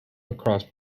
across